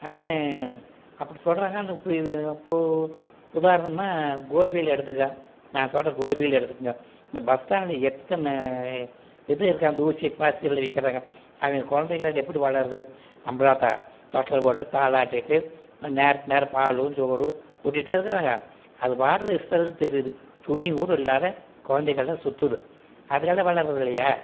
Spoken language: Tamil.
ஆனால் அப்படி சொல்கிறாங்க ஆனால் இப்போது உதாரணமாக கோபியில் எடுத்துக்கோ நான் சொல்கிறேன் கோபியில் எடுத்துக்கோங்க இந்த பஸ் ஸ்டாண்ட்டில் எத்தனை இது இருக்கான் ஊசி பாசி எல்லாம் விற்கிறாங்க அவங்க குழந்தைங்க எப்படி வளருது நம்மளாட்டம் தொட்டிலில் போட்டு தாலாட்டிகிட்டு நேர நேரத்துக்கு பாலும் சோறும் ஊட்டிகிட்டா இருக்கிறாங்க அது பாட்டுக்கு இஷ்டத்துக்கு திரியுது துணிக்கூட இல்லாத குழந்தைகள்லாம் சுற்றுது அதுகெலாம் வளருவது இல்லையா